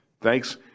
thanks